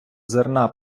зерна